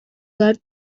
guard